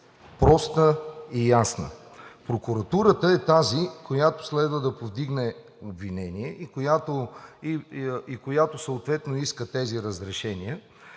проста и ясна. Прокуратурата е тази, която следва да повдигне обвинение и която съответно иска тези разрешения,